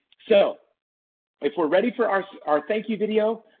so if we are ready for our so our thank you video.